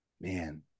man